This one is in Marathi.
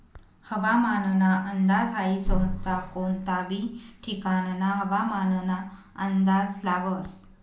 हवामानना अंदाज हाई संस्था कोनता बी ठिकानना हवामानना अंदाज लावस